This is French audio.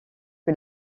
que